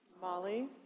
Molly